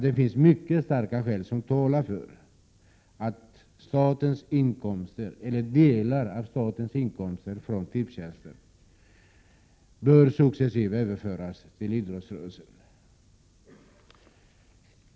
Det finns mycket starka skäl för att delar av statens inkomster från Tipstjänst successivt överförs till idrottsrörelsen.